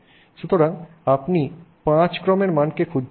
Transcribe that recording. সুতরাং আপনি 5 ক্রমের মানকে খুঁজছেন